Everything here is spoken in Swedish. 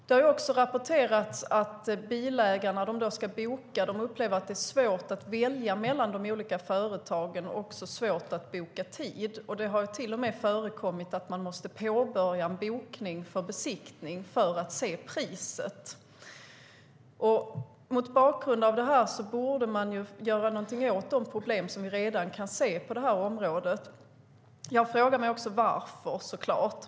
Det har också rapporterats att bilägare som ska boka upplever att det är svårt att välja mellan de olika företagen och svårt att boka tid. Det har till och med förekommit att man måste påbörja en bokning av besiktning för att se priset. Mot bakgrund av detta borde man göra någonting åt de problem som vi redan kan se på området. Jag frågar mig såklart varför.